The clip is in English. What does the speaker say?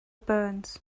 burns